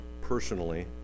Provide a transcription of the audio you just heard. personally